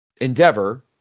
Endeavor